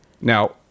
Now